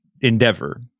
endeavor